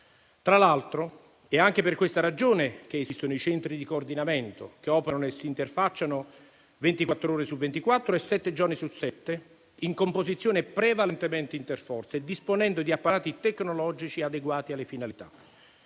Tra l'altro, è anche per questa ragione che esistono i centri di coordinamento, che operano e si interfacciano ventiquattro ore su ventiquattro e sette giorni su sette in composizione prevalentemente interforze e disponendo di apparati tecnologici adeguati alle finalità.